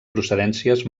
procedències